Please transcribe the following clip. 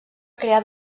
crear